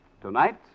Tonight